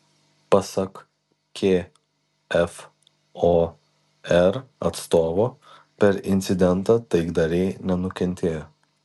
pasak kfor atstovo per incidentą taikdariai nenukentėjo